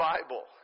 Bible